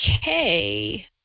okay